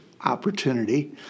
opportunity